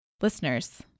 Listeners